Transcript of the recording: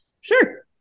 sure